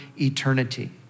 eternity